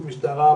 המשטרה,